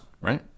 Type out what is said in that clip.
Right